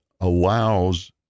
allows